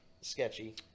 sketchy